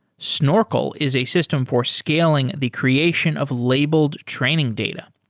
snorkel is a system for scaling the creation of labeled training data.